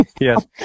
Yes